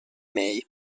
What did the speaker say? may